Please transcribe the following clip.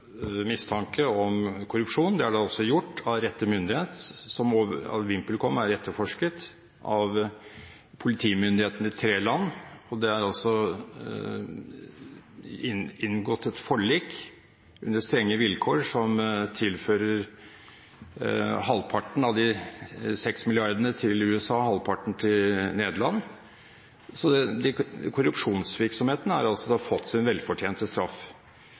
mistanke om korrupsjon – det er da også gjort av rette myndighet. VimpelCom er etterforsket av politimyndighetene i tre land. Det er altså inngått et forlik, under strenge vilkår, som tilfører halvparten av de 6 mrd. kr til USA og halvparten til Nederland. Korrupsjonsvirksomheten har altså fått sin velfortjente straff.